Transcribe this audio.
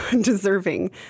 deserving